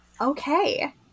Okay